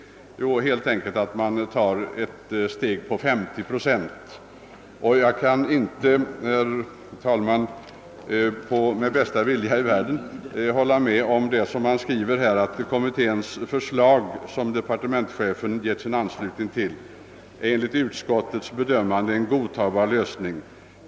Jo, det innebär helt enkelt en reduktion av bostadstillägget med 50 Z för inkomster över det avdragsfria beloppet. Jag kan inte, herr talman, med bästa vilja i världen instämma med följande uttalande i utskottets utlåtande: »Kommitténs förslag, som departementschefen gett sin anslutning, är enligt utskottets bedömande en godtagbar lösning.